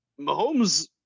Mahomes